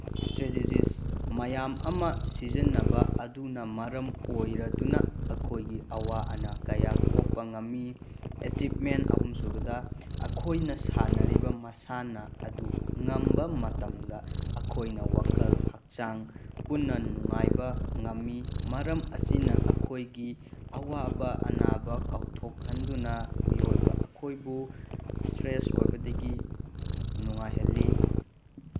strategies ꯃꯌꯥꯝ ꯑꯃ ꯁꯤꯖꯤꯟꯅꯕ ꯑꯗꯨꯅ ꯃꯔꯝ ꯑꯣꯏꯔꯗꯨꯅ ꯑꯩꯈꯣꯏꯒꯤ ꯑꯋꯥ ꯑꯅꯥ ꯀꯌꯥ ꯀꯣꯛꯄ ꯉꯝꯃꯤ ꯑꯦꯆꯤꯞꯃꯦꯟ ꯑꯍꯨꯝꯁꯨꯕꯗ ꯑꯩꯈꯣꯏꯅ ꯁꯥꯟꯅꯔꯤꯕ ꯃꯁꯥꯟꯅ ꯑꯗꯨ ꯉꯝꯕ ꯃꯇꯝꯗ ꯑꯩꯈꯣꯏꯅ ꯋꯥꯈꯜ ꯍꯛꯆꯥꯡ ꯄꯨꯟꯅ ꯅꯨꯡꯉꯥꯏꯕ ꯉꯝꯃꯤ ꯃꯔꯝ ꯑꯁꯤꯅ ꯑꯩꯈꯣꯏꯒꯤ ꯑꯋꯥꯕ ꯑꯅꯥꯕ ꯀꯥꯎꯊꯣꯛꯍꯟꯗꯨꯅ ꯃꯤꯑꯣꯏꯕ ꯑꯩꯈꯣꯏꯕꯨ ꯏꯁꯇ꯭ꯔꯦꯁ ꯑꯣꯏꯕꯗꯒꯤ ꯅꯨꯡꯉꯥꯏꯍꯜꯂꯤ